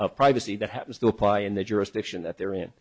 of privacy that happens to apply in the jurisdiction that they're in